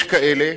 יש כאלה,